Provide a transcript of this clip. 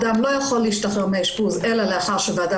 הוא לא יכול להשתחרר מאשפוז אלא לאחר שוועדה